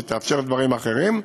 שתאפשר דברים אחרים,